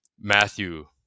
Matthew